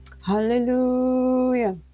Hallelujah